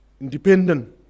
independent